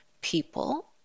people